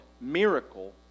miracle